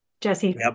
Jesse